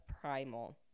primal